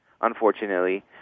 unfortunately